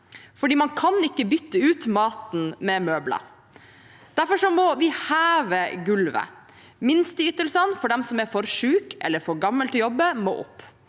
Man kan ikke bytte ut maten med møbler. Derfor må vi heve gulvet. Minsteytelsene for dem som er for syke eller for gamle til å jobbe, må opp.